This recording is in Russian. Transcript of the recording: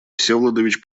всеволодович